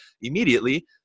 immediately